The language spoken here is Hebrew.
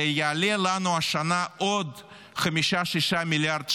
זה יעלה לנו השנה עוד חמישה-שישה מיליארד שקל,